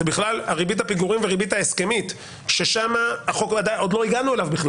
זאת בכלל ריבית הפיגורים וריבית ההסכמית ובחוק עדיין לא הגענו לזה.